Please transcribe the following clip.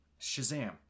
Shazam